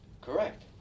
Correct